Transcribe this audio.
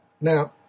Now